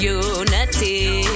unity